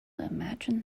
imagine